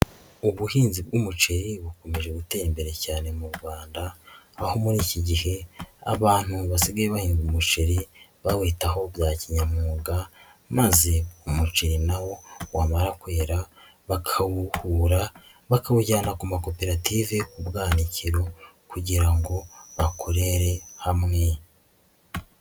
Ubuhinzi bw'umuceri bukomeje gutera imbere cyane mu Awanda aho muri iki gihe abantu basigaye bahinga umuceri bawitaho bya kinyamwuga maze umuceri na wo wamara kwera bakawuhura, bakawujyana ku makoperative ku bwanikiro kugira ngo bakorere hamwe.